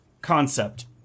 concept